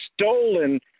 stolen